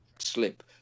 slip